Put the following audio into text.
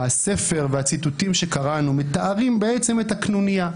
הספר והציטוטים שקראנו מתארים בעצם את הקנוניה.